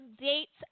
dates